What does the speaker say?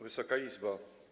Wysoka Izbo!